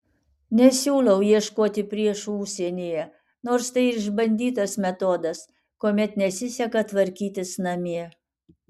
nesiūlau ieškoti priešų užsienyje nors tai ir išbandytas metodas kuomet nesiseka tvarkytis namie